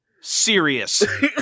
serious